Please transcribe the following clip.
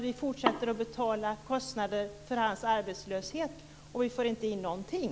Vi fortsätter att betala kostnaden för hans arbetslöshet, och vi får inte in någonting.